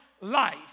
life